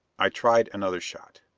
i tried another shot.